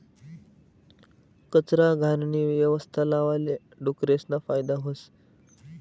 कचरा, घाणनी यवस्था लावाले डुकरेसना फायदा व्हस